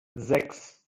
sechs